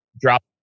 drop